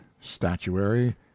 statuary